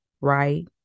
right